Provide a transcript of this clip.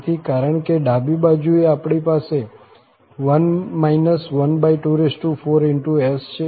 તેથી કારણ કે ડાબી બાજુએ આપણી પાસે 1 124S છે